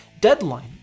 deadline